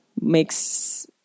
makes